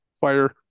fire